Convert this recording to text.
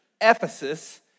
Ephesus